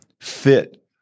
fit